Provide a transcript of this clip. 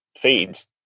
feeds